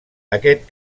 aquest